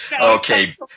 Okay